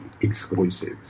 exclusive